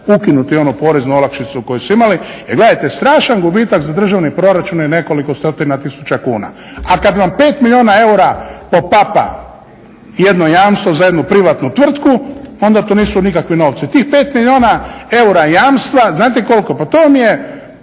ukinuti onu poreznu olakšicu koju su imali. Jer gledajte, strašan gubitak za državni proračun je nekoliko stotina tisuća kuna, a kad vam 5 milijuna eura popapa jedno jamstvo za jednu privatnu tvrtku onda to nisu nikakvi novci. Tih je 5 milijuna eura jamstva znate koliko, pa to vam